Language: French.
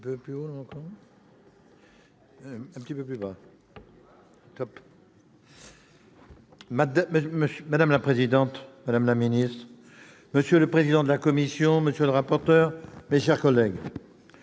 Madame la présidente, madame la ministre, monsieur le président de la commission, monsieur le rapporteur, mes chers collègues,